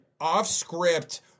off-script